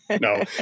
No